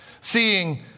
seeing